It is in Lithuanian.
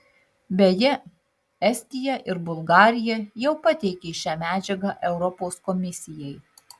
beje estija ir bulgarija jau pateikė šią medžiagą europos komisijai